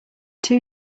two